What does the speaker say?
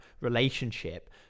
relationship